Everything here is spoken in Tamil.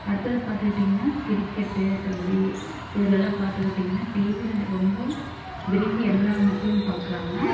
அடுத்தது பார்த்துக்கிட்டிங்கனா கிரிக்கெட்டு கபடி இதுலேலாம் பார்த்துக்கிட்டிங்கனா டிவியில ரொம்பவும் விரும்பி எல்லா மக்களும் பார்க்குறாங்க